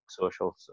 social